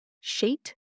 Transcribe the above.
sheet